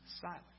silent